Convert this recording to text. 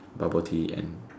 bubble tea and